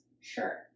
Sure